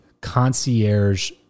concierge